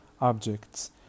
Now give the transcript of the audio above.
objects